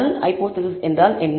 நல் ஹைபோதேசிஸ் என்றால் என்ன